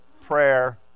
prayer